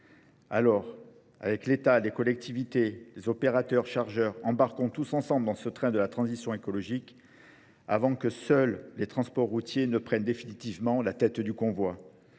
Alors, avec l'état, les collectivités, les opérateurs, chargeurs, embarquons tous ensemble dans ce train de la transition écologique avant que seuls les transports routiers ne prennent définitivement la tête du convoi.